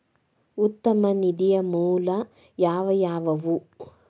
ಉತ್ತಮ ನಿಧಿಯ ಮೂಲ ಯಾವವ್ಯಾವು?